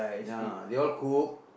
ya they all cook